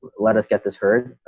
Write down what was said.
let us get this heard.